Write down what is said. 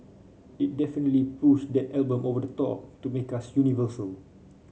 it definitely pushed that album over the top to make us universal